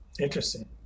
Interesting